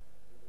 אתה לא יודע.